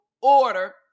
order